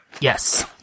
Yes